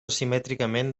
simètricament